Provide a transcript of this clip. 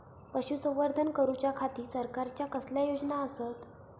पशुसंवर्धन करूच्या खाती सरकारच्या कसल्या योजना आसत?